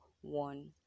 one